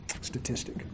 statistic